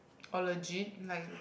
orh legit like